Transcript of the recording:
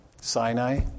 Sinai